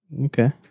Okay